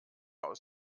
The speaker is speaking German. aus